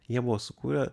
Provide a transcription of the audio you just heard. jie buvo sukūrę